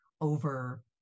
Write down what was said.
over